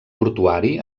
portuari